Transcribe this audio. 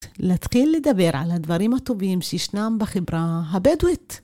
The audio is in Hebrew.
להתחיל לדבר על הדברים הטובים שישנם בחברה הבדואית.